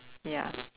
ya